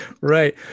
Right